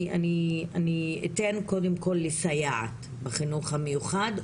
אני אתן, קודם כל, לסייעת בחינוך המיוחד.